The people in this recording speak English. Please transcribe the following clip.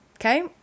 Okay